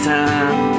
time